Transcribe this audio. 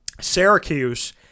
Syracuse